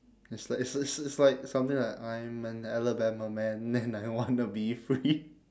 it's like it's it's it's like something that I'm an alabama man and I wanna be free